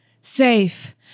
safe